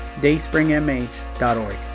dayspringmh.org